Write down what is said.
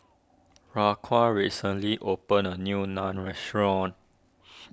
Raquan recently opened a new Naan restaurant